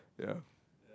yeah